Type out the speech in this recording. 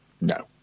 no